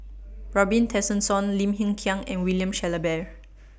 Robin Tessensohn Lim Hng Kiang and William Shellabear